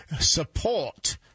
support